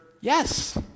yes